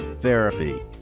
Therapy